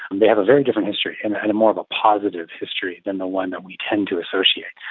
and they have a very different history and and more of a positive history than the one that we tend to associate.